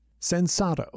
Sensato